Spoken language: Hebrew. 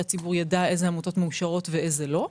שהציבור יידע איזה עמותות מאושרות ואיזה לא,